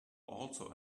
also